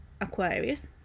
Aquarius